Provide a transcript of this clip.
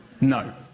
No